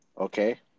Okay